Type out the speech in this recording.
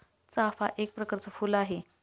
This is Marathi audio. चाफा एक प्रकरच फुल आहे